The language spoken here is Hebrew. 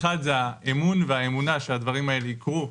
האחד זה האמון והאמונה שהדברים האלה יקרו,